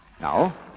Now